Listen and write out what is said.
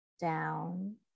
down